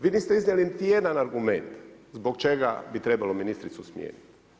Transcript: Vi niste iznijeli niti jedan argument zbog čega bi trebalo ministricu smijeniti.